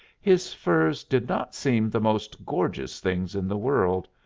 his furs did not seem the most gorgeous things in the world.